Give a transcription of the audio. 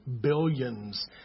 billions